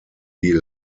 die